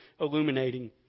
illuminating